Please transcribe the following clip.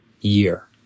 year